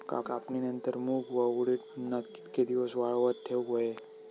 कापणीनंतर मूग व उडीद उन्हात कितके दिवस वाळवत ठेवूक व्हये?